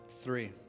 Three